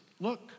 Look